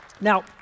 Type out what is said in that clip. Now